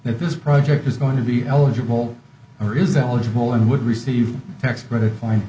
if this project is going to be eligible or is eligible and would receive a tax credit line